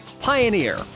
Pioneer